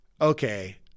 okay